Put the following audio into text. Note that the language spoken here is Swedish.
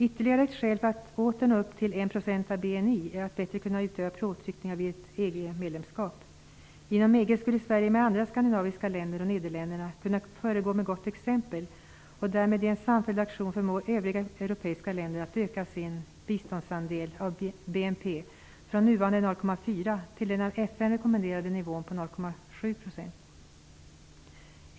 Ytterligare ett skäl för att åter nå upp till 1 % av BNI är att bättre kunna utöva påtryckningar vid ett EG-medlemskap. Inom EG skulle Sverige med de andra skandinaviska länderna och Nederländerna kunna föregå med gott exempel och därmed i en samfälld aktion förmå övriga europeiska länder att öka sin biståndsandel av BNP från nuvarande 0,7 %.